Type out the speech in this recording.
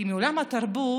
כי מעולם התרבות